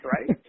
right